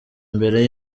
imbere